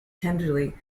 tenderly